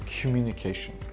communication